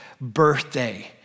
birthday